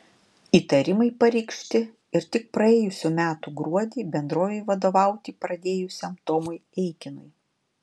įtarimai pareikšti ir tik praėjusių metų gruodį bendrovei vadovauti pradėjusiam tomui eikinui